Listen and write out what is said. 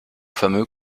fameux